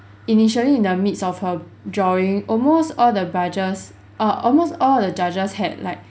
initially in the midst of her drawing almost all the judges uh almost all the judges had like